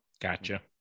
Gotcha